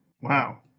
wow